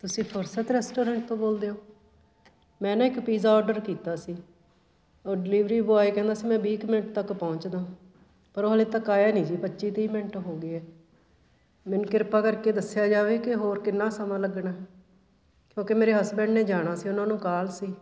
ਤੁਸੀਂ ਫੁਰਸਤ ਰੈਸਟੋਰੈਂਟ ਤੋਂ ਬੋਲਦੇ ਓਂ ਮੈਂ ਨਾ ਇੱਕ ਪੀਜ਼ਾ ਔਡਰ ਕੀਤਾ ਸੀ ਉਹ ਡਿਲੀਵਰੀ ਬੋਆਏ ਕਹਿੰਦਾ ਸੀ ਮੈਂ ਵੀਹ ਕੁ ਮਿੰਟ ਤੱਕ ਪਹੁੰਚਦਾ ਪਰ ਉਹ ਹਾਲੇ ਤੱਕ ਆਇਆ ਨਹੀਂ ਜੀ ਪੱਚੀ ਤੀਹ ਮਿੰਟ ਹੋ ਗਏ ਮੈਨੂੰ ਕਿਰਪਾ ਕਰਕੇ ਦੱਸਿਆ ਜਾਵੇ ਕਿ ਹੋਰ ਕਿੰਨਾ ਸਮਾਂ ਲੱਗਣਾ ਕਿਉਂਕਿ ਮੇਰੇ ਹਸਬੈਂਡ ਨੇ ਜਾਣਾ ਸੀ ਉਹਨਾਂ ਨੂੰ ਕਾਹਲ਼ ਸੀ